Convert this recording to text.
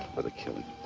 with the killing.